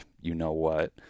you-know-what